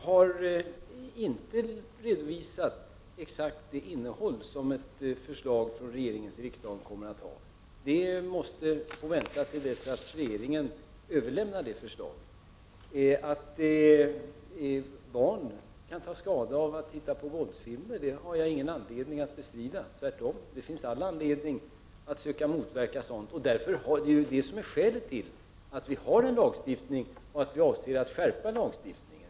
Herr talman! Jag har inte exakt redovisat innehållet i regeringens förslag till riksdagen. Det måste få vänta till dess att regeringen överlämnar förslaget. Jag har ingen anledning att bestrida att barn kan ta skada av att titta på våldsfilmer. Tvärtom finns det all anledning att söka motverka sådant. Det är skälet till att det finns en lagstiftning och att vi avser att skärpa lagstiftningen.